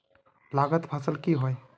लागत फसल की होय?